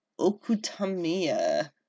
Okutamiya